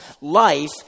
Life